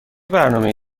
برنامهای